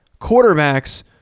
quarterbacks